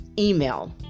email